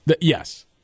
Yes